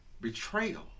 Betrayal